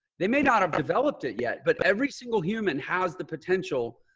they may not have developed it yet, but every single human has the potential.